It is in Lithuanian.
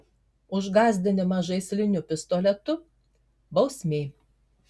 už gąsdinimą žaisliniu pistoletu bausmė